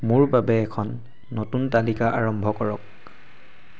মোৰ বাবে এখন নতুন তালিকা আৰম্ভ কৰক